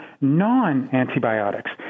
non-antibiotics